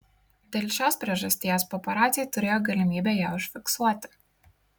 dėl šios priežasties paparaciai turėjo galimybę ją užfiksuoti